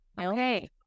okay